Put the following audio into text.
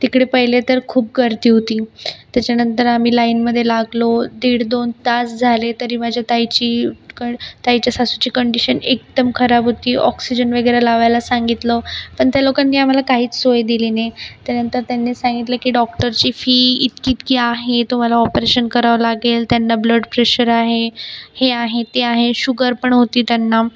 तिकडे पहिले तर खूप गर्दी होती त्याच्यानंतर आम्ही लाईनमध्ये लागलो दीडदोन तास झाले तरी माझ्या ताईची कड ताईच्या सासूची कन्डिशन एकदम खराब होती ऑक्सिजन वगैरे लावायला सांगितलं पण त्या लोकांनी आम्हाला काहीच सोय दिली नाही त्यानंतर त्यांनी सांगितलं की डॉक्टरची फी इतकीइतकी आहे तुम्हाला ऑपरेशन करावं लागेल त्यांना ब्लडप्रेशर आहे हे आहे ते आहे शुगर पण होती त्यांना